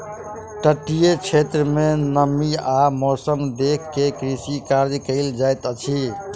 तटीय क्षेत्र में नमी आ मौसम देख के कृषि कार्य कयल जाइत अछि